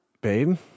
babe